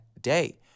day